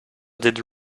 did